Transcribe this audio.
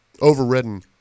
overridden